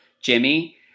Jimmy